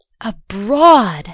Abroad